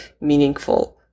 meaningful